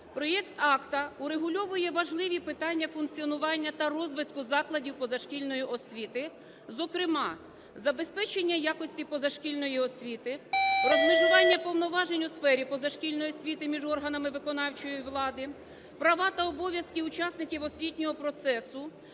Проект акта урегульовує важливі питання функціонування та розвитку закладів позашкільної освіти, зокрема: забезпечення якості позашкільної освіти, розмежування повноважень у сфері позашкільної освіти між органами виконавчої влади, права та обов'язки учасників освітнього процесу,